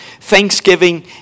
Thanksgiving